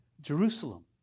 Jerusalem